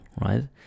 right